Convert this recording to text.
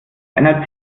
einer